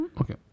Okay